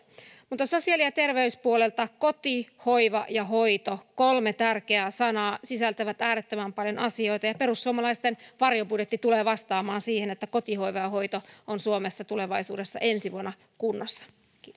mutta sosiaali ja terveyspuolelta koti hoiva ja hoito kolme tärkeää sanaa sisältävät äärettömän paljon asioita ja perussuomalaisten varjobudjetti tulee vastaamaan siihen että koti hoiva ja hoito on suomessa tulevaisuudessa ensi vuonna kunnossa